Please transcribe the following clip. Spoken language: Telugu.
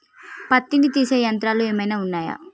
పత్తిని తీసే యంత్రాలు ఏమైనా ఉన్నయా?